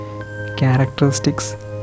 characteristics